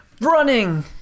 Running